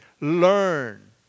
learn